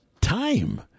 time